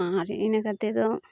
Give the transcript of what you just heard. ᱟᱨ ᱤᱱᱟᱹ ᱠᱟᱛᱮᱫ ᱫᱚ